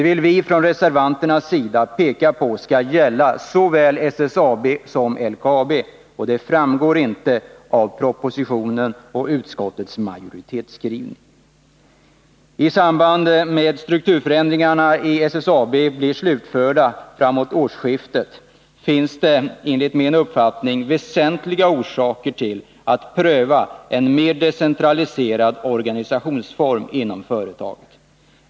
Vi reservanter vill påpeka att detta skall gälla såväl SSAB som LKAB, och det framgår inte av propositionen och utskottsmajoritetens skrivning. I samband med att strukturförändringarna i SSAB blir slutförda framåt årsskiftet finns det, enligt min uppfattning, väsentliga orsaker att pröva en mer decentraliserad organisationsform inom företaget.